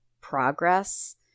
progress